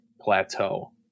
plateau